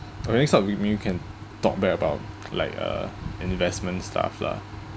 our next stop maybe you can talk back about like uh in investment stuff lah